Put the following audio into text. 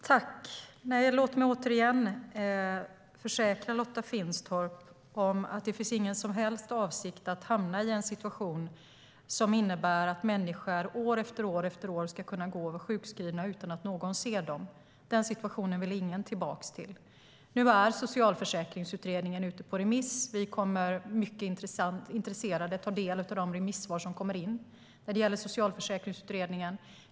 Fru talman! Låt mig återigen försäkra Lotta Finstorp om att det finns ingen som helst avsikt att hamna i en situation som innebär att människor år efter år ska vara sjukskrivna utan att någon ser dem. Den situationen vill ingen tillbaka till. Nu är Socialförsäkringsutredningen ute på remiss. Vi kommer med intresse att ta del av de remissvar som kommer in.